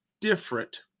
different